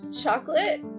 chocolate